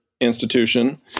institution